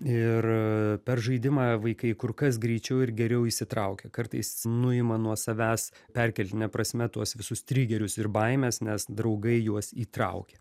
ir per žaidimą vaikai kur kas greičiau ir geriau įsitraukia kartais nuima nuo savęs perkeltine prasme tuos visus trigerius ir baimes nes draugai juos įtraukia